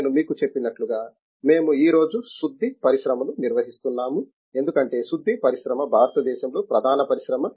నేను మీకు చెప్పినట్లుగా మేము ఈ రోజు శుద్ధి పరిశ్రమను నిర్వహిస్తున్నాము ఎందుకంటే శుద్ధి పరిశ్రమ భారతదేశంలో ప్రధాన పరిశ్రమ